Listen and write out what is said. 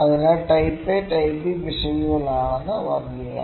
അതിനാൽ type A type B പിശകുകളാണ് വർഗ്ഗീകരണം